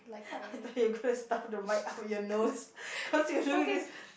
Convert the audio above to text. I thought you gonna stuff the mic up your nose cause you show me this